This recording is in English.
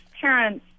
parents